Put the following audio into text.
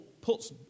puts